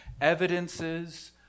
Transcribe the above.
Evidences